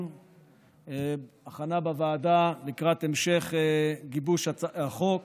הכנה בוועדה לקראת המשך גיבוש החוק.